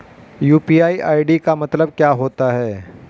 UPI ID का मतलब क्या होता है?